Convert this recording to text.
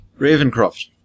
Ravencroft